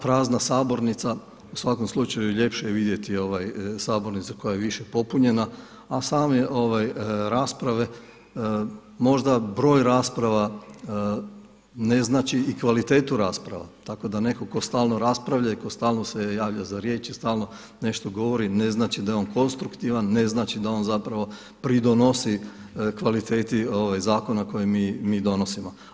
Prazna sabornica, u svakom slučaju ljepše je vidjeti sabornicu koja je više popunjena a same rasprave, možda broj rasprava ne znači i kvalitetu rasprava, tako da netko tko stalno raspravlja i tko se stalno javlja za riječ i stalno nešto govori, ne znači da je on konstruktivan, ne znači da on pridonosi kvaliteti zakona koje mi donosimo.